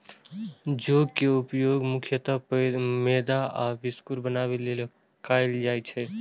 जौ के उपयोग मुख्यतः मैदा आ बिस्कुट बनाबै लेल कैल जाइ छै